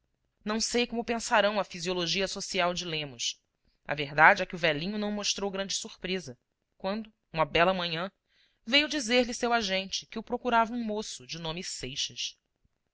não sei como pensarão da fisiologia social de lemos a verdade é que o velhinho não mostrou grande surpresa quando uma bela manhã veio dizer-lhe seu agente que o procurava um moço de nome seixas